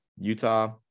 Utah